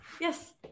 yes